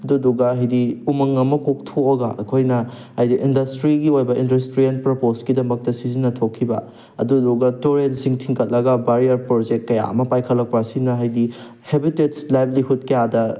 ꯑꯗꯨꯗꯨꯒ ꯍꯥꯏꯗꯤ ꯎꯃꯪ ꯑꯃꯨꯛ ꯀꯣꯛꯊꯣꯛꯑꯒ ꯑꯩꯈꯣꯏꯅ ꯍꯥꯏꯗꯤ ꯏꯟꯗꯁꯇ꯭ꯔꯤꯒꯤ ꯑꯣꯏꯕ ꯏꯟꯗꯁꯇ꯭ꯔꯤꯌꯦꯜ ꯄ꯭ꯔꯄꯣꯖꯀꯤꯗꯃꯛꯇ ꯁꯤꯖꯤꯟꯅꯊꯣꯛꯈꯤꯕ ꯑꯗꯨꯗꯨꯒ ꯇꯨꯔꯦꯜꯁꯤꯡ ꯊꯤꯡꯒꯠꯂꯒ ꯕꯥꯔꯤꯌꯔ ꯄ꯭ꯔꯣꯖꯦꯛ ꯀꯌꯥ ꯑꯃ ꯄꯥꯏꯈꯠꯂꯛꯄ ꯑꯁꯤꯅ ꯍꯥꯏꯗꯤ ꯍꯦꯕꯤꯇꯦꯠꯁ ꯂꯥꯏꯞꯂꯤꯍꯨꯠ ꯀꯌꯥꯗ